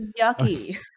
yucky